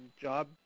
job